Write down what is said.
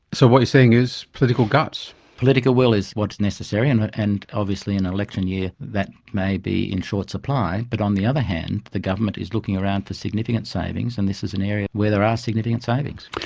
so what you're saying is political gut. political will is what's necessary and but and obviously in an election year that may be in short supply, but on the other hand the government is looking around for significant savings and this is an area where there are significant savings.